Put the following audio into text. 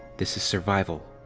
this is survival.